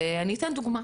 אני אתן דוגמה.